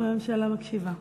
הממשלה מקשיבה.